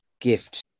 gift